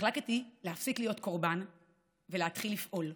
החלטתי להפסיק להיות קורבן ולהתחיל לפעול.